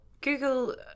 Google